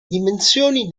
dimensioni